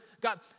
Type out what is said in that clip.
God